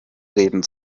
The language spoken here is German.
reden